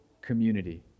community